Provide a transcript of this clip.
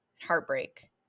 heartbreak